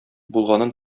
булганын